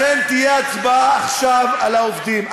לכן תהיה הצבעה עכשיו על העובדים.